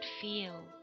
feel